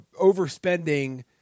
overspending